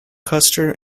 custer